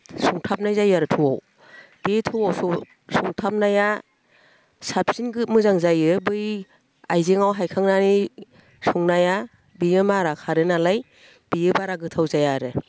संथाबनाय जायो आरो थौआव बे थौआव संथाबनाया साबसिन मोजां जायो बै आइजेङाव हायखांनानै संनाया बेयो मारा खारो नालाय बेयो बारा गोथाव जाया आरो